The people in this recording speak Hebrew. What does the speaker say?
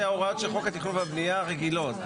אלה הוראות של חוק התכנון והבנייה הרגילות.